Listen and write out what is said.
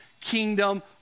kingdom